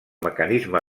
mecanisme